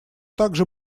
также